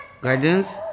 guidance